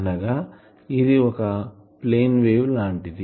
అనగా ఇది ఒక ప్లేన్ వేవ్ లాంటిది